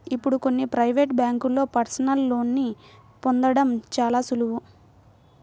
ఇప్పుడు కొన్ని ప్రవేటు బ్యేంకుల్లో పర్సనల్ లోన్ని పొందడం చాలా సులువు